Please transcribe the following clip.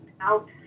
out